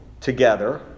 together